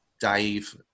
Dave